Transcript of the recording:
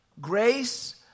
grace